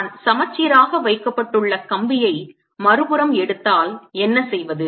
நான் சமச்சீராக வைக்கப்பட்டுள்ள கம்பியை மறுபுறம் எடுத்தால் என்ன செய்வது